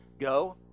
Go